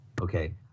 okay